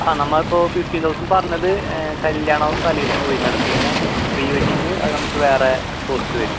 ആ നമ്മല് ഇപ്പോൾ ഫിഫ്റ്റീൻ തൗസൻഡ് പറഞ്ഞത് കല്യാണവും തലേദിവസവും കൂടിയിട്ടാണ് പിന്നെ പ്രീ വെഡിങ്ങ് അത് നമുക്ക് വേറെ കോസ്റ്റ് വരും